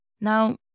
Now